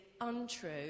untrue